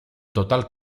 total